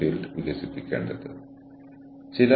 കൂടാതെ ആരുമായും ബന്ധപ്പെടുന്നത് എളുപ്പമായിരുന്നില്ല